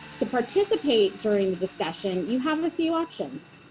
to participate during the discussion, you have a few options.